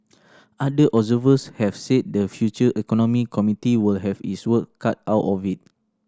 other have said the future economy committee will have its work cut out of it